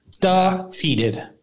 Defeated